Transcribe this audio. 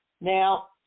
Now